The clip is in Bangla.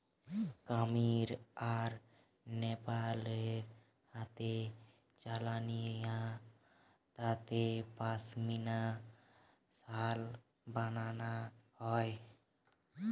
কামীর আর নেপাল রে হাতে চালানিয়া তাঁতে পশমিনা শাল বানানা হয়